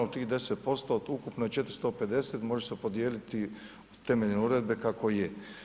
U tih 10% od ukupno 450 može se podijeliti temeljem uredbe kako je.